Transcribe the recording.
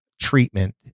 treatment